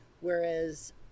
whereas